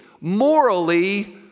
morally